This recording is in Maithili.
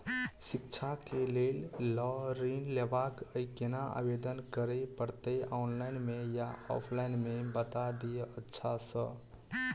शिक्षा केँ लेल लऽ ऋण लेबाक अई केना आवेदन करै पड़तै ऑनलाइन मे या ऑफलाइन मे बता दिय अच्छा सऽ?